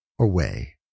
away